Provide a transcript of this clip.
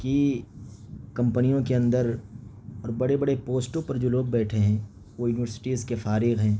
کہ کمپنیوں کے اندر اور بڑے بڑے پوسٹوں پر جو لوگ بیٹھے ہیں وہ یونیورسٹیز کے فارغ ہیں